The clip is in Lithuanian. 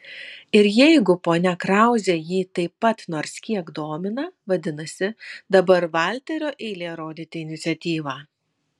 ir jeigu ponia krauzė jį taip pat nors kiek domina vadinasi dabar valterio eilė rodyti iniciatyvą